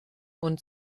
und